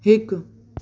हिकु